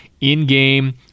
in-game